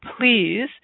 please